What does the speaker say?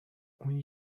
اون